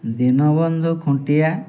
Dinabandhu Khuntia